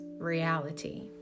reality